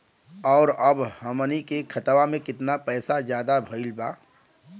और अब हमनी के खतावा में कितना पैसा ज्यादा भईल बा?